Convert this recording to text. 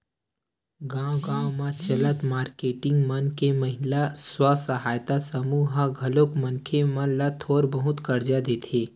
गाँव गाँव म चलत मारकेटिंग मन के महिला स्व सहायता समूह ह घलो मनखे मन ल थोर बहुत करजा देथे